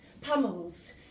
pummels